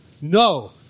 no